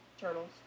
turtles